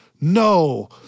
no